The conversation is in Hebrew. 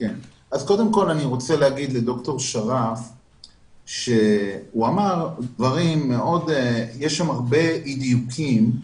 ד"ר שרף אמר הרבה אי דיוקים,